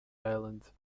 island